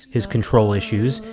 his control issues,